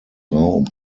raum